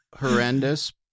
horrendous